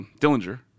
Dillinger